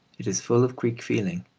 it is full of greek feeling.